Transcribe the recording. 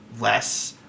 less